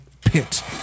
pit